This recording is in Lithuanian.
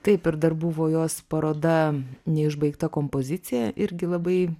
taip ir dar buvo jos paroda neišbaigta kompozicija irgi labai